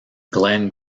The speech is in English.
glen